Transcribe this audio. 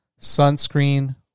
sunscreen